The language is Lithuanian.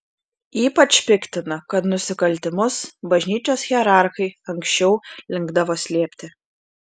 ypač piktina kad nusikaltimus bažnyčios hierarchai anksčiau linkdavo slėpti